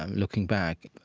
and looking back,